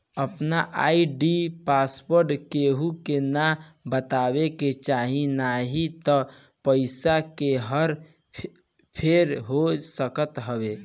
आपन ID password केहू के ना बतावे के चाही नाही त पईसा के हर फेर हो सकत हवे